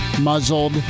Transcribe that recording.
muzzled